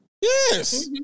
Yes